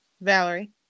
Valerie